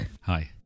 Hi